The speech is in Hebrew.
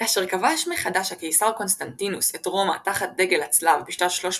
כאשר כבש מחדש הקיסר קונסטנטינוס את רומא תחת דגל הצלב בשנת 312,